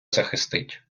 захистить